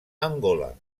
angola